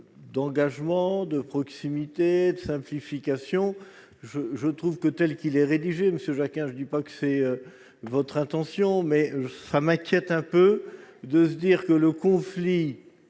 d'engagement, de proximité et de simplification, je trouve que telle qu'il est rédigé Monsieur Jacquin, je dis pas que c'est votre intention, mais ça m'inquiète un peu, de se dire que le conflit